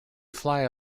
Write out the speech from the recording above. fly